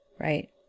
right